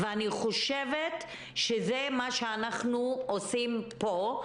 אני חושבת שזה מה שאנחנו עושים פה,